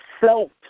felt